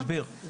תסביר.